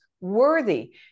worthy